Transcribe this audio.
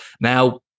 now